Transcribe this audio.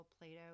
Plato